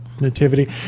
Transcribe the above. Nativity